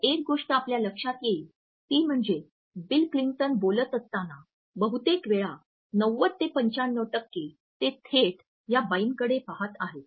तर एक गोष्ट आपल्या लक्षात येईल ती म्हणजे बिल क्लिंटन बोलत असताना बहुतेक वेळा 90 ते 95 टक्के ते थेट या बाईकडे पहात आहेत